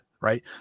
right